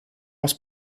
aus